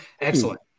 excellent